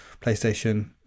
PlayStation